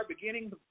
beginning